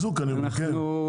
אתם חיזוק אני מבין, כן.